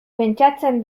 pentsatzen